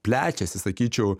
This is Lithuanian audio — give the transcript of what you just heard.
plečiasi sakyčiau